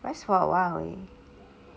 rest for a while 而已